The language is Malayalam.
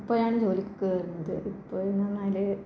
ഇപ്പോഴാണ് ജോലിക്ക് കയറുന്നത് ഇപ്പോഴെന്ന് പറഞ്ഞാൽ